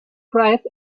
fries